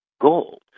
gold